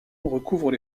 recouvrent